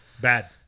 Bad